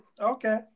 Okay